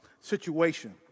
situation